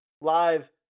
live